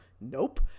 Nope